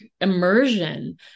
immersion